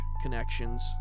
connections